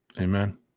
Amen